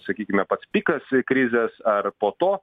sakykime pats pikas krizės ar po to